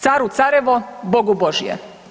Caru carevo, Bogu božje.